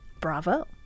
Bravo